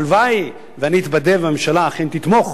הלוואי שאתבדה והממשלה אכן תתמוך